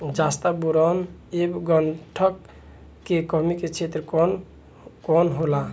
जस्ता बोरान ऐब गंधक के कमी के क्षेत्र कौन कौनहोला?